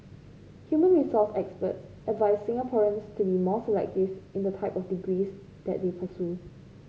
human resource experts advised Singaporeans to be more selective in the type of degrees that they pursue